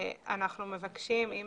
אנחנו מבקשים, אם